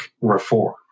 reform